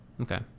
okay